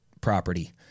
property